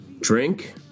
drink